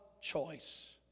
choice